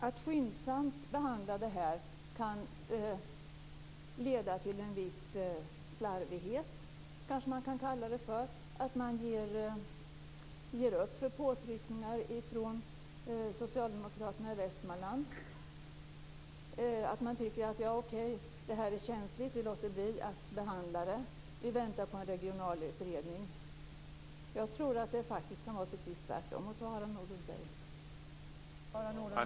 Att skyndsamt behandla detta kan leda till en viss slarvighet, att man ger efter för påtryckningar från socialdemokraterna i Västmanland, att man tycker att det är så känsligt att man låter bli att behandla det eller att man väntar på en regional utredning. Jag tror att det kan vara precis tvärtom mot vad Harald Nordlund säger.